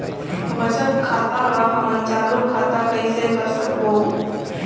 बचत खाता ला हमन चालू खाता कइसे कर सकबो?